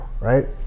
right